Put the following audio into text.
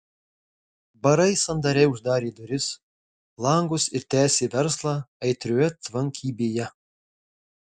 barai sandariai uždarė duris langus ir tęsė verslą aitrioje tvankybėje